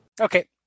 Okay